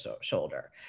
shoulder